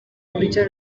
uburyo